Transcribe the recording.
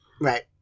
right